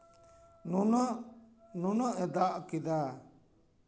ᱱᱩᱱᱟᱹᱜ ᱱᱩᱱᱟᱹᱜ ᱮ ᱫᱟᱜ ᱠᱮᱫᱟ